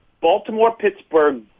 Baltimore-Pittsburgh